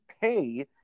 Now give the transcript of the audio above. pay